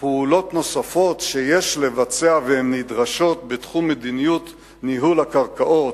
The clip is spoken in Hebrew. פעולות נוספות שיש לבצע והן נדרשות בתחום מדיניות ניהול הקרקעות,